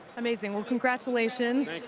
amazing. well, congratulations,